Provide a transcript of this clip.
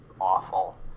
awful